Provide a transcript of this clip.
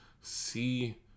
see